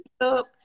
up